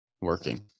working